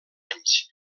anys